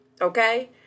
Okay